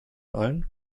allen